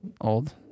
old